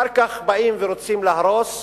אחר כך באים ורוצים להרוס,